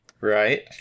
Right